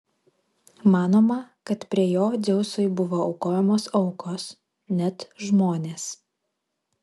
manoma kad prie jo dzeusui buvo aukojamos aukos net žmonės